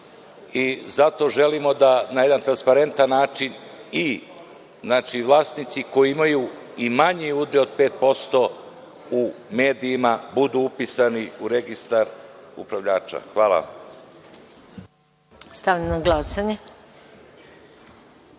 i zato želimo da na transparentan način i znači vlasnici koji imaju i manji udeo od 5% u medijima budu upisani u registar upravljača. Hvala vam. **Maja